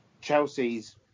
Chelsea's